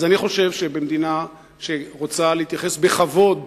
אז אני חושב שבמדינה שרוצה להתייחס בכבוד